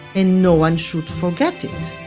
and no one should forget it